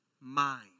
mind